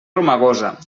romagosa